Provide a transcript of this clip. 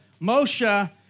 Moshe